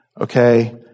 okay